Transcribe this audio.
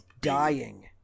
dying